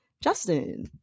Justin